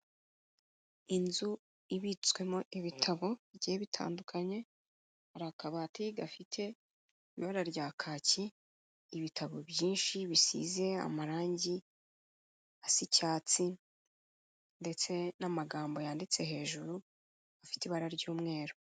Inzu ibitswemo ibitabo bigiye bitandukanye, hari akabati gafite ibara rya kaki, ibitabo byinshi bisize amarangi asa icyatsi ndetse n'amagambo yanditse hejuru afite ibara ry'umweru.